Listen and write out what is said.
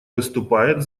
выступает